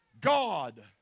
God